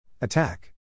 attack